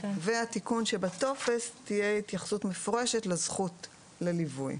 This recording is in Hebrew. והתיקון שבטופס תהיה התייחסות מפורשת לזכות ליווי.